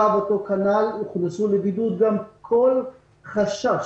כנ"ל, הוכנסו לבידוד כל אלה שהיה לגביהם חשש